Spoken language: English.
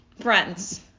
friends